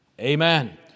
Amen